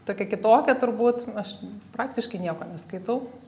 tokia kitokia turbūt aš praktiškai nieko neskaitau